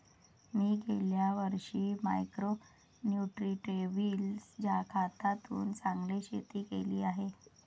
मी गेल्या वर्षी micro nutritive खतातून चांगले शेती केली आहे